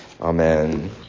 Amen